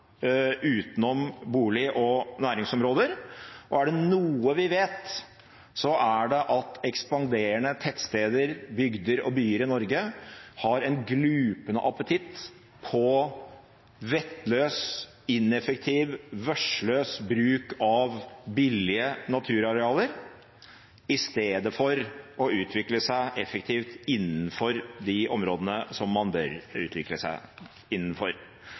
utenom bolig- og næringsområder. Og er det noe vi vet, er det at ekspanderende tettsteder, bygder og byer i Norge har en glupende appetitt på vettløs, ineffektiv, vørdsløs bruk av billige naturarealer, i stedet for å utvikle seg effektivt innenfor de områdene som man bør utvikle seg innenfor.